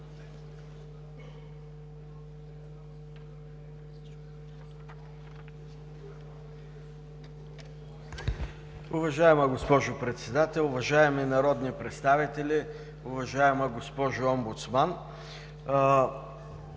Уважаема госпожо Председател, уважаеми народни представители! Уважаема госпожо Омбудсман!